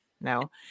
no